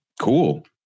cool